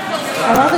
אמרת שמחוק,